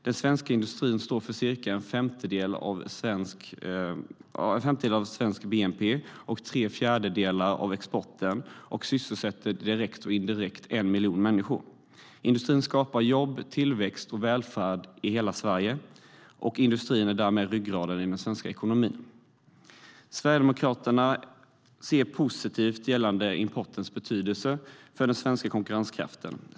Den svenska industrin står för cirka en femtedel av svensk bnp och tre fjärdedelar av exporten samt sysselsätter direkt eller indirekt omkring en miljon människor. Industrin skapar jobb, tillväxt och välfärd i hela Sverige, och industrin är därmed ryggraden i den svenska ekonomin. Sverigedemokraterna ser positivt på importens betydelse för den svenska konkurrenskraften.